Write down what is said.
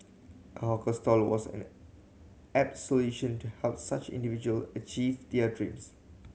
a hawker stall was an apt solution to help such individual achieve their dreams